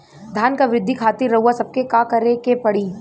धान क वृद्धि खातिर रउआ सबके का करे के पड़ी?